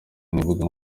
n’imbuga